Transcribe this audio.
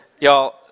y'all